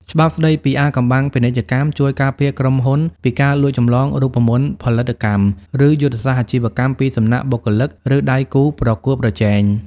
ច្បាប់ស្ដីពីអាថ៌កំបាំងពាណិជ្ជកម្ម ជួយការពារក្រុមហ៊ុនពីការលួចចម្លងរូបមន្តផលិតកម្ម ឬយុទ្ធសាស្ត្រអាជីវកម្មពីសំណាក់បុគ្គលិក ឬដៃគូប្រកួតប្រជែង។